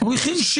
תקנות.